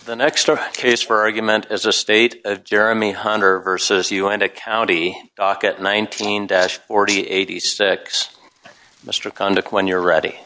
the next case for argument is a state of jeremy hunter versus you and a county docket nineteen dash or d eighty six mr conduct when you're ready